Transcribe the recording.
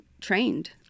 trained